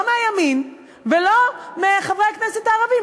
לא מהימין ולא מחברי הכנסת הערבים,